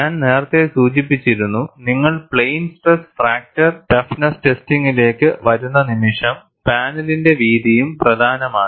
ഞാൻ നേരത്തെ സൂചിപ്പിച്ചിരുന്നു നിങ്ങൾ പ്ലെയിൻ സ്ട്രെസ് ഫ്രാക്ചർ ഫ്നെസ്സ് ടെസ്റ്റ്റ്റിംഗിലേക്ക് വരുന്ന നിമിഷം പാനലിന്റെ വീതിയും പ്രധാനമാണ്